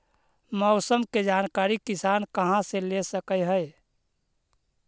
मौसम के जानकारी किसान कहा से ले सकै है?